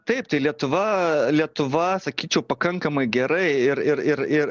taip tai lietuva lietuva sakyčiau pakankamai gerai ir ir ir ir